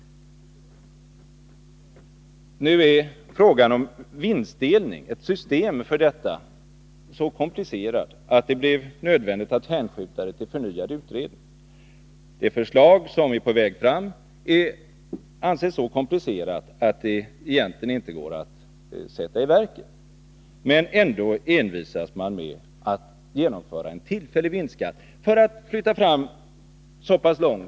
Nu är frågan om vinstdelning, ett system härför, så komplicerad att det blivit nödvändigt att hänskjuta den till förnyad utredning. Det förslag som är på väg anses vara så komplicerat att det egentligen inte går att sätta i verket. Ändå envisas man med att genomföra en tillfällig vinstskatt, för att flytta fram positionerna så pass långt.